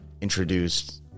introduced